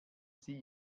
sie